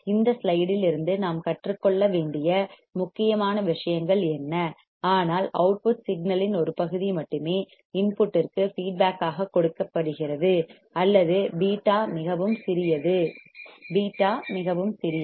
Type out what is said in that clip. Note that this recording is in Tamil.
இந்த ஸ்லைடில் இருந்து நாம் கற்றுக்கொள்ள வேண்டிய முக்கியமான விஷயங்கள் என்ன ஆனால் அவுட்புட் சிக்னல் இன் ஒரு பகுதி மட்டுமே இன்புட்டிற்கு ஃபீட்பேக் ஆக கொடுக்கப்படுகிறது அல்லது β மிகவும் சிறியது β மிகவும் சிறியது